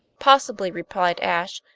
possibly, replied ashe.